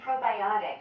probiotics